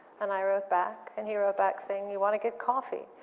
and i wrote back and he wrote back saying, you wanna get coffee?